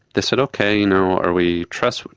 they said, okay, are we trespassing?